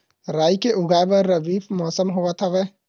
राई के उगाए बर रबी मौसम होवत हवय?